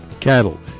cattle